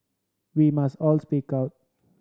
we must all speak out